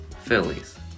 Phillies